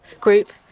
group